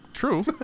True